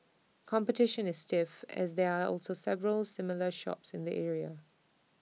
competition is stiff as there are also several similar shops in the area